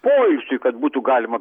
poilsiui kad būtų galima